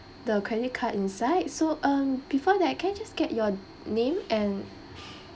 the credit card inside so um before that I can just get your name and